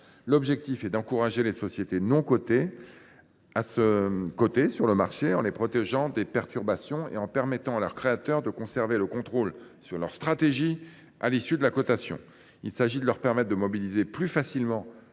L’objectif est d’encourager les sociétés non cotées à entrer sur le marché, tout en étant protégées des perturbations et en permettant à leurs créateurs de conserver le contrôle sur leur stratégie à l’issue de la cotation. Il s’agit de permettre à ces sociétés de mobiliser plus facilement